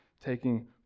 taking